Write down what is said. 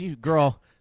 Girl